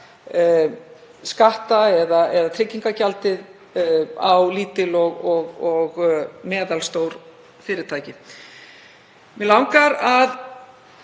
skatta eða tryggingagjald á lítil og meðalstór fyrirtæki. Mig langar í